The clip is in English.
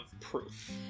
proof